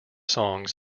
songs